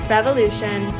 Revolution